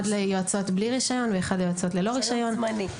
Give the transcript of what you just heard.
אחד ליועצות עם רישיון קבוע ואחד ליועצות עם רישיון זמני.